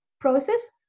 process